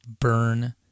burn